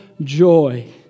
joy